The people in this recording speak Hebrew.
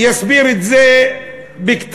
אסביר את זה בקצרה.